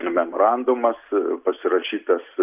ir memorandumas pasirašytas